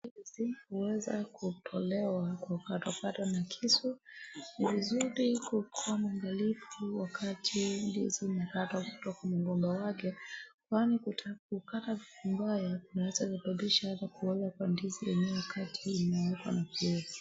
Ndizi huweza kutolewa kwa kukatwakatwa na kisu. Ni vizuri kukua mwangalifu wakati ndizi inakatwa kutoka kwa mgomba wake, kwani kukata vibaya kunaweza sababisha hata kuoza kwa ndizi yenyewe wakati inawekwa.